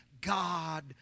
God